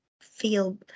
feel